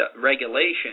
regulation